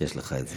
יש לך את זה.